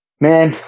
man